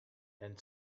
and